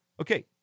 Okay